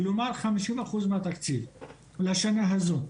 כלומר חמישים אחוז מהתקציב לשנה הזו.